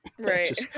Right